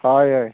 ହୁଏ ହୁଏ